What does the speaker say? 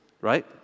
right